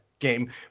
game